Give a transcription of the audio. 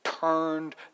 turned